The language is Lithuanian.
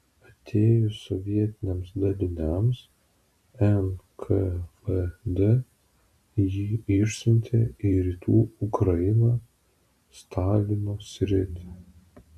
atėjus sovietiniams daliniams nkvd jį išsiuntė į rytų ukrainą stalino sritį